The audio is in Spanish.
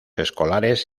escolares